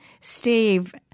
Steve